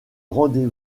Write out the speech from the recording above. rendez